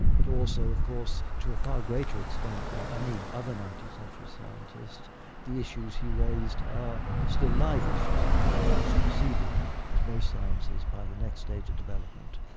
but also of course to a far greater extent than any other nineteenth century scientist the issues he raised are still live issues, they haven't been superseded as most science is by the next stage of development.